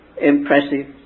impressive